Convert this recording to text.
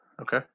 Okay